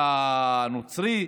אתה נוצרי?